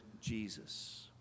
Jesus